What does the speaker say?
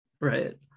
right